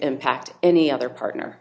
impact any other partner